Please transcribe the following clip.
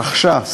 רכשה,